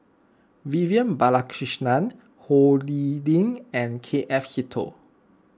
Vivian Balakrishnan Ho Lee Ling and K F Seetoh